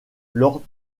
lors